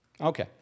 Okay